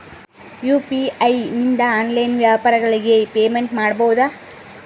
UPI ನಿಂದ online ವ್ಯಾಪಾರಗಳಿಗೆ payment ಮಾಡಬಹುದಾ?